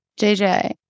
JJ